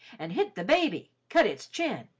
an' hit the baby, cut its chin.